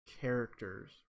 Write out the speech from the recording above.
characters